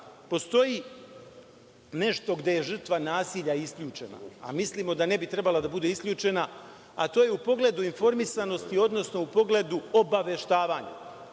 postoji nešto gde je žrtva nasilja isključena, a mislimo da ne bi trebalo da bude isključena, a to je u pogledu informisanosti, odnosno u pogledu obaveštavanja. Naime,